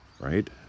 Right